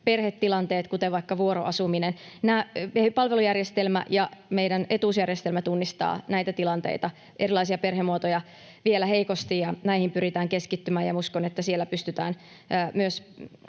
perhetilanteissa, kuten vaikka vuoroasumisessa. Palvelujärjestelmä ja meidän etuusjärjestelmä tunnistavat näitä tilanteita, erilaisia perhemuotoja, vielä heikosti, ja näihin pyritään keskittymään, ja uskon, että siellä pystytään